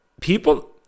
People